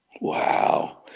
wow